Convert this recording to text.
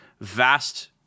vast